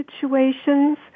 situations